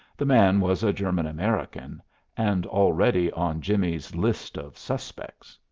the man was a german-american, and already on jimmie's list of suspects.